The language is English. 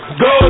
go